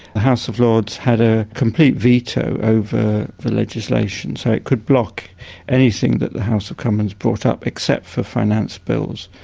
the house of lords had a complete veto over the legislation, so it could block anything that the house of commons brought up, except for finance bills.